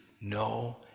no